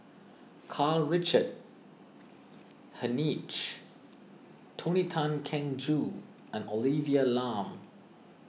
Karl Richard Hanitsch Tony Tan Keng Joo and Olivia Lum